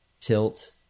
tilt